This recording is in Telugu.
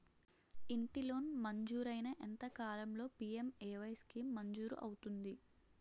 ఇంటి లోన్ మంజూరైన ఎంత కాలంలో పి.ఎం.ఎ.వై స్కీమ్ మంజూరు అవుతుంది?